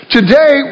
Today